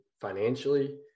financially